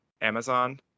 Amazon